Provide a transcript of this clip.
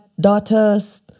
daughters